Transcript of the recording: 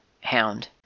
hound